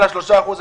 אני